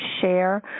share